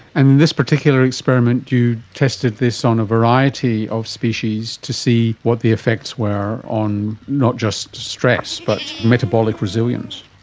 and in this particular experiment you tested this on a variety of species to see what the effects were on not just stress but metabolic resilience.